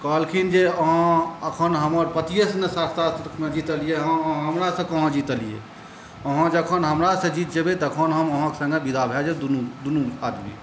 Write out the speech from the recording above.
कहलखिन जे अहाँ एखन हमर पतिएसँ ने शास्त्रार्थमे जितलिए हँ हमरासँ कहाँ जितलिए अहाँ जखन हमरासँ जीति जेबै तखन हम अहाँके सङ्गे विदा भऽ जाएब दुनू दुनू आदमी